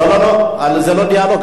לא לא לא, זה לא דיאלוג.